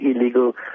illegal